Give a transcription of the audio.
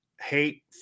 hate